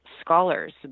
scholars